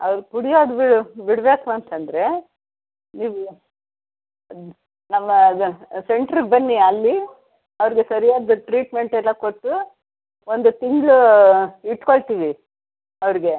ಅವ್ರು ಕುಡ್ಯೋದು ಬಿಡಬೇಕು ಅಂತಂದರೆ ನೀವು ನಮ್ಮ ಸೆಂಟ್ರ್ಗೆ ಬನ್ನಿ ಅಲ್ಲಿ ಅವ್ರಿಗೆ ಸರಿಯಾದ ಟ್ರೀಟ್ಮೆಂಟೆಲ್ಲ ಕೊಟ್ಟು ಒಂದು ತಿಂಗಳು ಇಟ್ಟುಕೊಳ್ತೀವಿ ಅವ್ರಿಗೆ